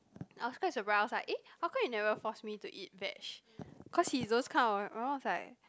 I was quite surprised I was like eh how come you never force me to eat veg cause he's those kind of my mum was like